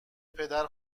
پدر